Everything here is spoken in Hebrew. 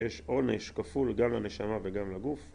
יש עונש כפול גם לנשמה וגם לגוף